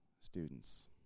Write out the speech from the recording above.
students